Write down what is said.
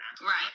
Right